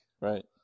right